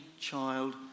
child